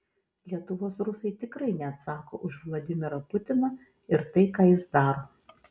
lietuvos rusai tikrai neatsako už vladimirą putiną ir tai ką jis daro